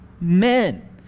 men